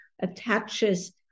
attaches